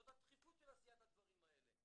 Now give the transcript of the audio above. זאת הדחיפות של עשיית הדברים האלה.